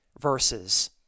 verses